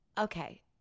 okay